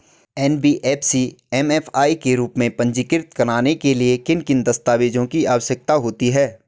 NBFC MFI के रूप में पंजीकृत कराने के लिए किन किन दस्तावेज़ों की आवश्यकता होती है?